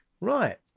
right